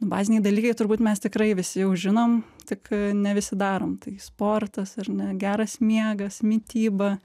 baziniai dalykai turbūt mes tikrai visi jau žinom tik ne visi darom tai sportas ar ne geras miegas mityba